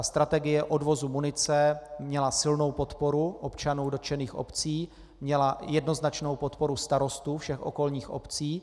Strategie odvozu munice měla silnou podporu občanů dotčených obcí, měla jednoznačnou podporu starostů všech okolních obcí.